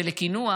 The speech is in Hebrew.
ולקינוח,